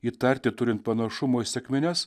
įtarti turint panašumo į sekmines